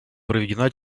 проведена